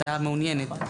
שהוועדה מעוניינת,